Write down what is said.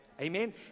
Amen